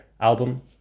album